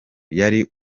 yari